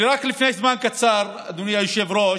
רק לפני זמן קצר, אדוני היושב- ראש,